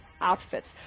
outfits